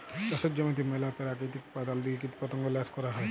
চাষের জমিতে ম্যালা পেরাকিতিক উপাদাল দিঁয়ে কীটপতঙ্গ ল্যাশ ক্যরা হ্যয়